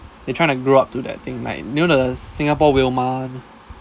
they trying to grow up to that thing you know the singapore willmar